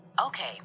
Okay